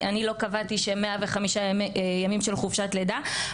אני לא קבעתי 105 ימים של חופשת לידה.